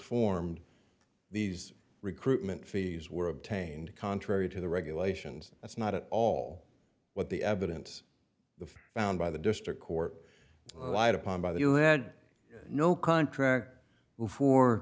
formed these recruitment fees were obtained contrary to the regulations that's not at all what the evidence the found by the district court lied upon by the you had no contract before